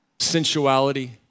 Sensuality